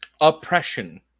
Oppression